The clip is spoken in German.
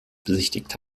besichtigt